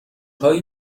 هایی